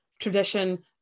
tradition